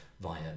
via